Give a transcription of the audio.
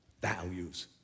values